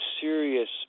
serious